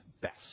best